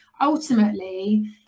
ultimately